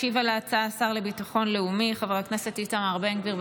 ישיב על ההצעה השר לביטחון לאומי חבר הכנסת איתמר בן גביר,